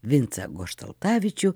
vincą goštaltavičių